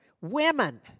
Women